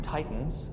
Titans